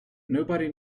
nobody